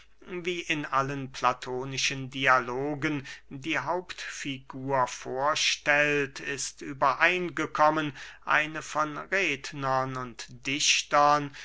wie in allen platonischen dialogen die hauptfigur vorstellt ist übereingekommen eine von rednern und dichtern